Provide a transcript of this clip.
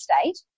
state